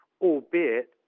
albeit